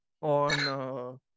on